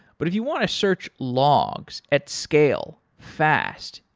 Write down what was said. but if you want to search logs at scale fast,